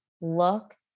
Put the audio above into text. look